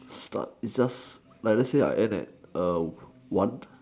start it just like let's say I end at one